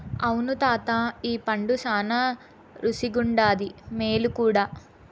అవును తాతా ఈ పండు శానా రుసిగుండాది, మేలు కూడా